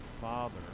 Father